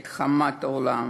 את חמת העולם